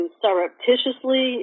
surreptitiously